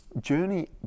journey